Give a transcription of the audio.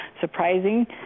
surprising